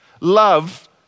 Love